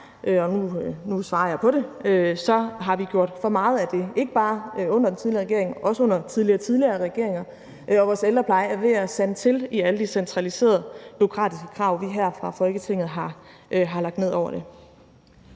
og nu svarer jeg på det – har vi gjort for meget af det, ikke bare under den tidligere regering, men også under regeringer før den. Vores ældrepleje er ved at sande til af alle de centraliserede bureaukratiske krav, som vi her fra Folketingets side har lagt ned over den.